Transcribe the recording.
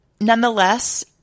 nonetheless